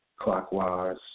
Clockwise